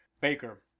Baker